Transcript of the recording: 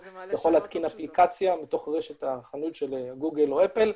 יכול להתקין אפליקציה מהחנות של אפל או גוגל,